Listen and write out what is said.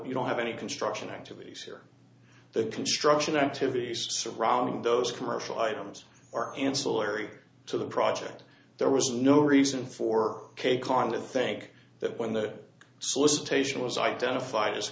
you don't have any construction activities here the construction activities surrounding those commercial items are ancillary to the project there was no reason for cake on the think that when the solicitation was identified as